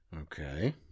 okay